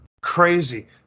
crazy